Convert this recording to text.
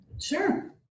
Sure